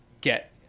get